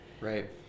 right